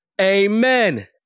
Amen